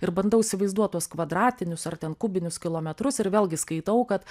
ir bandau įsivaizduot tuos kvadratinius ar ten kubinius kilometrus ir vėlgi skaitau kad